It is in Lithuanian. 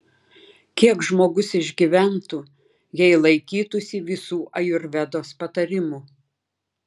kiek žmogus išgyventų jei laikytųsi visų ajurvedos patarimų